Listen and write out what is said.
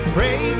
Pray